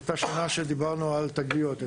היתה שנה שדיברנו על תגליות,